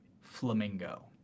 flamingo